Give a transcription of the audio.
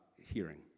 hearing